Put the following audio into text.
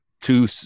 two